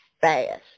fast